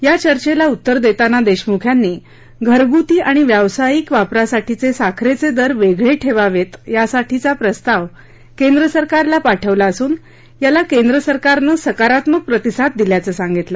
या चर्चेला उत्तर देताना देशमुख यांनी घरगुती आणि व्यावसायिक वापरासाठीचे साखरेचे दर वेगळे ठेवावेत यासाठीचा प्रस्ताव केंद्र सरकारला पाठवला असून याला केंद्र सरकारनं सकारात्मक प्रतिसाद दिल्याचं सांगितलं